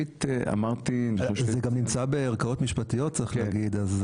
אמרתי- -- זה גם נמצא בערכאות משפטיות צריך להגיד.